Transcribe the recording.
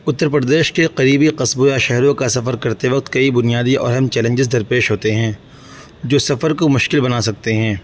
اتّر پردیش کے قریبی قصبے یا شہروں کا سفر کرتے وقت کئی بنیادی اور اہم چیلنجز درپیش ہوتے ہیں جو سفر کو مشکل بنا سکتے ہیں